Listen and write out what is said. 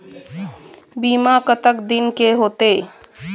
बीमा कतक दिन के होते?